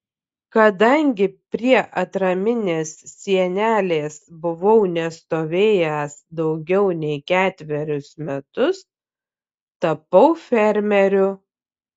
kadangi prie atraminės sienelės buvau nestovėjęs daugiau nei ketverius metus tapau fermeriu